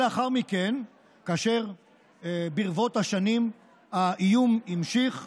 לאחר מכן, כאשר ברבות השנים האיום נמשך,